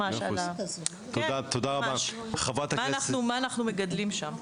מה אנחנו מגדלים שם?